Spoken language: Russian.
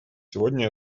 сегодня